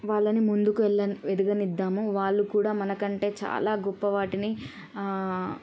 వాళ్ళని ముందుకు వెళ్ళ ఎదగనిద్దాము వాళ్ళు కూడా మనకంటే చాలా గొప్పవాటిని